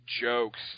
jokes